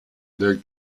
del